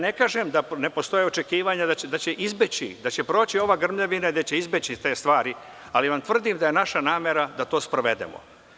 Ne kažem da ne postoje očekivanja da će izbeći, da će proći ova grmljavina i da će izbeći te stvari, ali vam tvrdim da je naša namera da to sprovedemo.